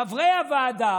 חברי הוועדה,